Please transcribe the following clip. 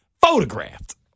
photographed